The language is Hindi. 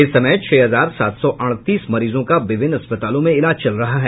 इस समय छह हजार सात सौ अड़तीस मरीजों का विभिन्न अस्पतालों में इलाज चल रहा है